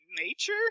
nature